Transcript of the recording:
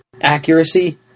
accuracy